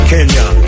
Kenya